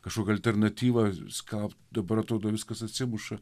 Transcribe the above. kažkokią alternatyvą skelbt dabar atrodo viskas atsimuša